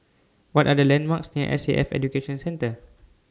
What Are The landmarks near S A F Education Centre